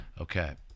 okay